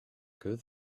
good